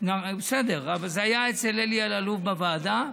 בסדר, אבל זה היה אצל אלי אלאלוף בוועדה.